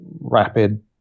rapid